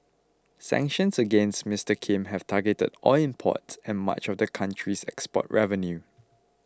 sanctions against Mister Kim have targeted oil imports and much of the country's export revenue